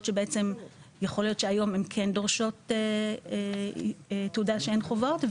שבעצם יכול להיות שהיום הן כן דורשות תעודה שיאן חובות,